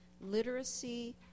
literacy